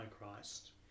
Christ